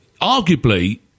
Arguably